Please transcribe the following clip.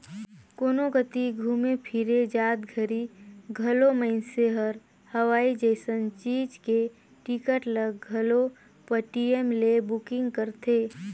कोनो कति घुमे फिरे जात घरी घलो मइनसे हर हवाई जइसन चीच के टिकट ल घलो पटीएम ले बुकिग करथे